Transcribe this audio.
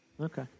Okay